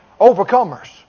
overcomers